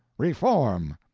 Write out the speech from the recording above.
reform!